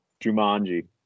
Jumanji